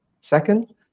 Second